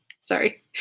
Sorry